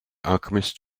alchemist